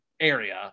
area